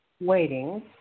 waiting